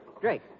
Drake